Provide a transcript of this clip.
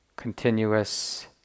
continuous